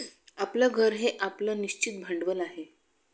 आपलं घर हे आपलं निश्चित भांडवल आहे